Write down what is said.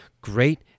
great